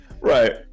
right